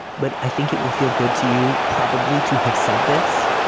but i think it will feel good to you probably to have said this